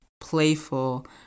playful